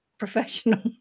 professional